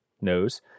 knows